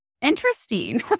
interesting